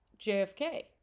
JFK